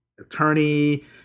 attorney